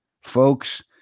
folks